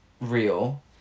real